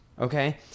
Okay